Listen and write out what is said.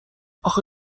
اخه